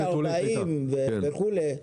כביש 40 וכולי.